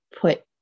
put